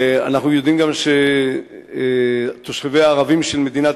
אנחנו יודעים גם שתושביה הערבים של מדינת